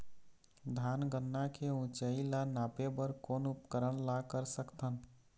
धान गन्ना के ऊंचाई ला नापे बर कोन उपकरण ला कर सकथन?